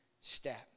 step